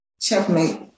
checkmate